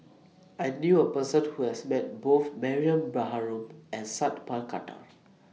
I knew A Person Who has Met Both Mariam Baharom and Sat Pal Khattar